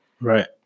Right